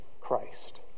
Christ